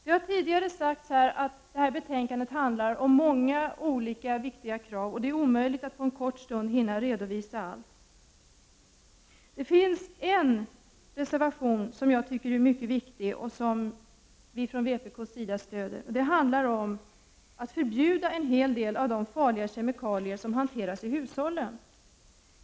Det har tidigare sagts här att många olika krav ställs i detta betänkande, och det är omöjligt att på en kort stund hinna redovisa allt. Det finns en reservation som jag ser som mycket viktig och som vi från vpk stöder. Den handlar om att en hel del av de farliga kemikalier som hanteras i hushållen skall förbjudas.